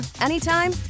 anytime